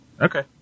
Okay